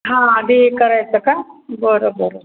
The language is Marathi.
हा आधी करायचं का बरं बरं